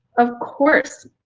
of course